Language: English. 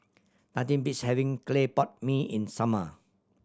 nothing beats having clay pot mee in summer